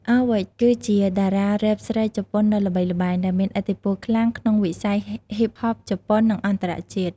Awich គឺជាតារារ៉េបស្រីជប៉ុនដ៏ល្បីល្បាញ ដែលមានឥទ្ធិពលខ្លាំងក្នុងវិស័យហ៊ីបហបជប៉ុន និងអន្តរជាតិ។